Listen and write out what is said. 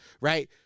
right